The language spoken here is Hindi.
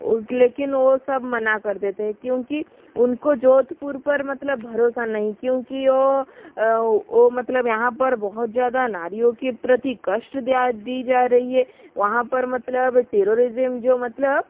वो लेकिन वो सब मना कर देते हैं क्योंकि उनको जोधपुर पर मतलब भरोसा नहीं क्योंकि वो वो मतलब यहाँ पर बहुत ज़्यादा नारियों के प्रति कष्ट दिया दी जा रही है वहाँ पर मतलब टेरोरिज्म जो मतलब